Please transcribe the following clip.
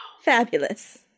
fabulous